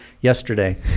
yesterday